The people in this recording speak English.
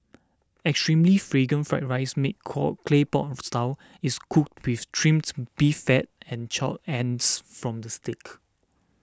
extremely Fragrant Fried Rice made call clay pot of style is cooked with Trimmed Beef Fat and charred ends from the steak